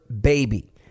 baby